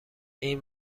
این